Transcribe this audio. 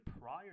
prior